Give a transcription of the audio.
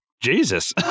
Jesus